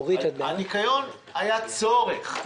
הניקיון היה צורך,